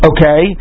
Okay